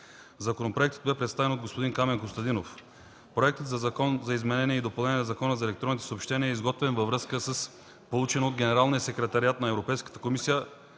Законопроектът бе представен от господин Камен Костадинов. Проектът на Закон за изменение и допълнение на Закона за електронните съобщения (ЗЕС) е изготвен във връзка с получено от Генералния секретариат на Европейската комисия